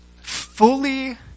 Fully